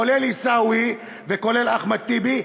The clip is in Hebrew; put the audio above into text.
כולל עיסאווי וכולל אחמד טיבי,